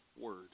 word